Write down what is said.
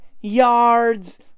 yards